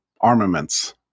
armaments